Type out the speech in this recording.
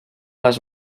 les